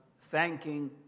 thanking